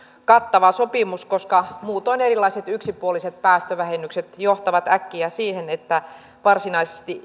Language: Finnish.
kattava sopimus koska muutoin erilaiset yksipuoliset päästövähennykset johtavat äkkiä siihen että varsinaisesti